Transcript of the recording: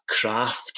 craft